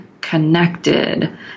connected